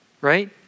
right